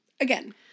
again